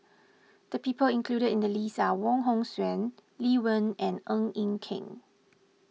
the people included in the list are Wong Hong Suen Lee Wen and Ng Eng Kee